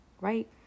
right